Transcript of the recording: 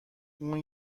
اون